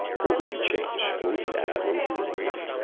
what would you change? what would you add? what would you remove?